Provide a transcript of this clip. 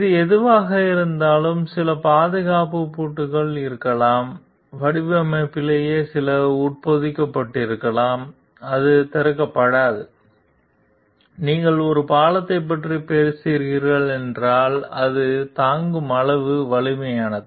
அது எதுவாக இருந்தாலும் சில பாதுகாப்பு பூட்டுகள் இருக்கலாம் வடிவமைப்பிலேயே சில உட்பொதிக்கப்பட்டிருக்கலாம் அது திறக்கப்படாது நீங்கள் ஒரு பாலத்தைப் பற்றி பேசுகிறீர்கள் என்றால் அது தாங்கும் அளவுக்கு வலிமையானது